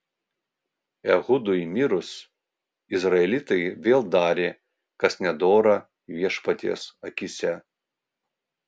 ehudui mirus izraelitai vėl darė kas nedora viešpaties akyse